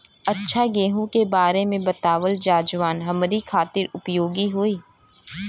अच्छा गेहूँ के बारे में बतावल जाजवन हमनी ख़ातिर उपयोगी होखे?